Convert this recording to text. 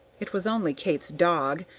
it was only kate's dog,